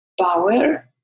power